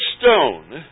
stone